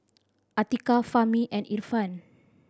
Atiqah Fahmi and Irfan